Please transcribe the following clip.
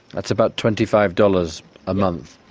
that's about twenty five dollars a month.